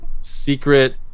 secret